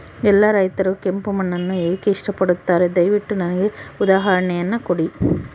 ಎಲ್ಲಾ ರೈತರು ಕೆಂಪು ಮಣ್ಣನ್ನು ಏಕೆ ಇಷ್ಟಪಡುತ್ತಾರೆ ದಯವಿಟ್ಟು ನನಗೆ ಉದಾಹರಣೆಯನ್ನ ಕೊಡಿ?